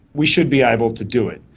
we should be able to do it.